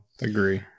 agree